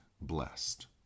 blessed